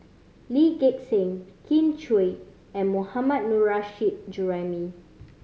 Lee Gek Seng Kin Chui and Mohammad Nurrasyid Juraimi